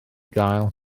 gael